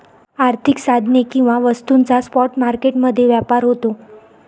आर्थिक साधने किंवा वस्तूंचा स्पॉट मार्केट मध्ये व्यापार होतो